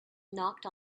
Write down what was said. knocked